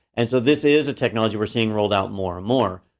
and so, this is a technology we're seeing rolled out more and more.